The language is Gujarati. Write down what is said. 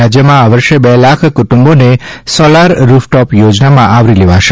રાજ્યમાં આ વર્ષે બે લાખ કુટુંબોને સોલાર રૂફટોપ થોજનામાં આવરી લેવાશે